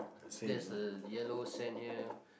there's a yellow sand here